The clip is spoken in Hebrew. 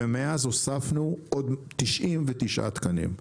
ומאז הוספנו עוד 99 תקנים.